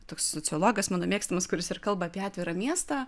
toks sociologas mano mėgstamas kuris ir kalba apie atvirą miestą